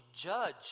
judge